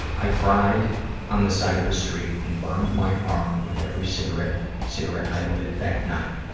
i cried on the side of the street and burned my arm with every cigarette cigarette i lit that night.